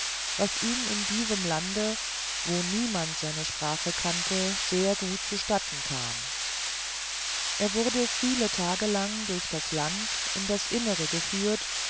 was ihm in diesem lande wo niemand seine sprache kannte sehr gut zustatten kam er wurde viele tage lang durch das land in das innere geführt